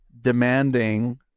demanding